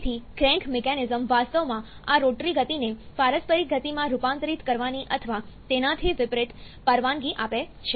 તેથી crank mechanism વાસ્તવમાં આ રોટરી ગતિને પારસ્પરિક ગતિમાં રૂપાંતરિત કરવાની અથવા તેનાથી વિપરીત પરવાનગી આપે છે